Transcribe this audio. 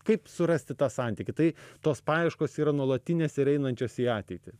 kaip surasti tą santykį tai tos paieškos yra nuolatinės ir einančios į ateitį